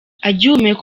agihumeka